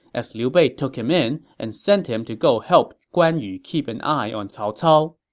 as liu bei took him in and sent him to go help guan yu keep an eye on cao cao.